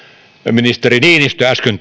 ministeri niinistö äsken